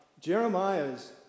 Jeremiah's